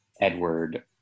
Edward